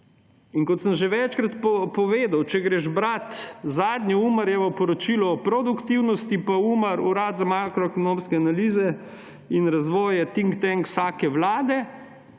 Kot sem že večkrat povedal, če greš brat zadnje Umarjevo poročilo o produktivnosti, pa Umar ‒ Urad za makroekonomske analize in razvoj je Think Tank vsake vlade